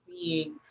seeing